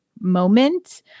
moment